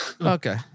Okay